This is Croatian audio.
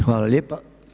Hvala lijepa.